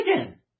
again